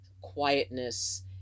quietness